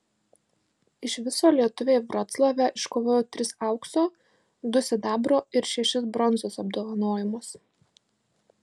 iš viso lietuviai vroclave iškovojo tris aukso du sidabro ir šešis bronzos apdovanojimus